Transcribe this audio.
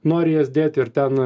nori jas dėti ir ten